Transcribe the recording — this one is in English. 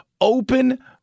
open